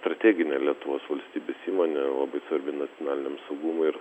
strateginė lietuvos valstybės įmonė labai svarbi nacionaliniam saugumui ir